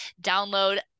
download